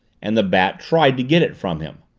and the bat tried to get it from him.